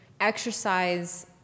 exercise